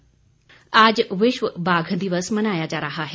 बाघ दिवस आज विश्व बाघ दिवस मनाया जा रहा है